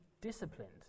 disciplined